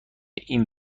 این